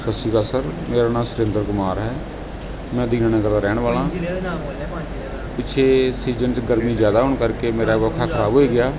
ਸਤਿ ਸ਼੍ਰੀ ਅਕਾਲ ਸਰ ਮੇਰਾ ਨਾਂ ਸੁਰਿੰਦਰ ਕੁਮਾਰ ਹੈ ਮੈਂ ਦੀਨਾ ਨਗਰ ਦਾ ਰਹਿਣ ਵਾਲਾ ਪਿੱਛੇ ਸੀਜ਼ਨ 'ਚ ਗਰਮੀ ਜ਼ਿਆਦਾ ਹੋਣ ਕਰਕੇ ਮੇਰਾ ਪੱਖਾ ਖਰਾਬ ਹੋਈ ਗਿਆ